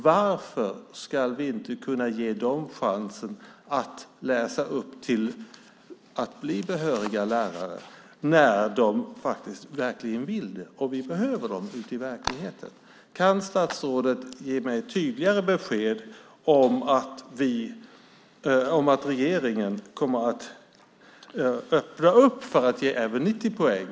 Varför ska vi inte kunna ge dem chansen att läsa upp och bli behöriga lärare när de verkligen vill det och vi behöver dem? Kan statsrådet ge mig ett tydligare besked om att regeringen kommer att öppna för att ge även 90 poäng?